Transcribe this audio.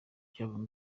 cyabonye